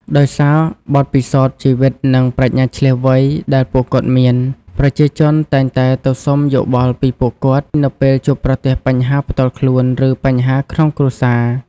ដោយសារបទពិសោធន៍ជីវិត និងប្រាជ្ញាឈ្លាសវៃដែលពួកគាត់មាន ប្រជាជនតែងតែទៅសុំយោបល់ពីពួកគាត់នៅពេលជួបប្រទះបញ្ហាផ្ទាល់ខ្លួន ឬបញ្ហាក្នុងគ្រួសារ។